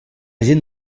gent